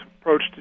approach